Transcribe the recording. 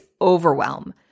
overwhelm